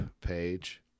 page